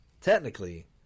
technically